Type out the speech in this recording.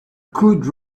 could